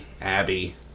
Abby